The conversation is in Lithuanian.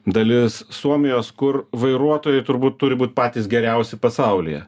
dalis suomijos kur vairuotojai turbūt turi būt patys geriausi pasaulyje